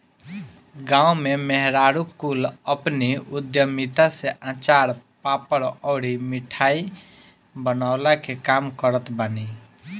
गांव में मेहरारू कुल अपनी उद्यमिता से अचार, पापड़ अउरी मिठाई बनवला के काम करत बानी